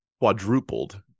quadrupled